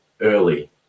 early